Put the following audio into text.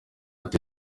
ati